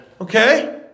Okay